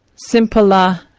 simpler,